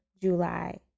July